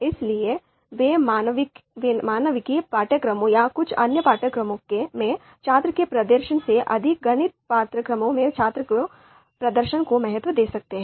इसलिए वे मानविकी पाठ्यक्रमों या कुछ अन्य पाठ्यक्रमों में छात्रों के प्रदर्शन से अधिक गणित पाठ्यक्रमों में छात्रों के प्रदर्शन को महत्व दे सकते हैं